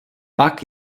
pak